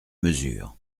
mesures